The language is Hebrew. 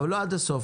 לא עד הסוף.